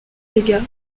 dégât